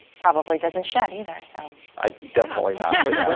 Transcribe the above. probably doesn't shed either so i definitely not yeah,